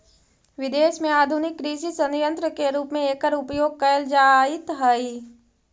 विदेश में आधुनिक कृषि सन्यन्त्र के रूप में एकर उपयोग कैल जाइत हई